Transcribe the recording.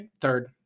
Third